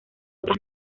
otras